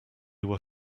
were